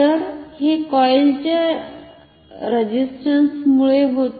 तर हे कॉइलच्या रेझिस्टंस मुळे होते